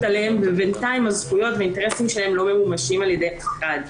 עליהם ובינתיים הזכויות והאינטרסים שלהם לא ממומשים על ידי אף אחד.